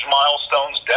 milestones